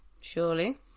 Surely